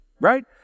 right